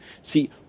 See